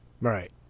Right